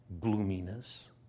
gloominess